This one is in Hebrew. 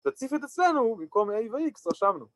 ‫תציף את עצמנו במקום ל-A ו-X, ‫רשמנו.